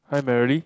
hi Merrily